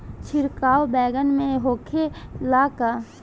छिड़काव बैगन में होखे ला का?